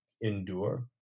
endure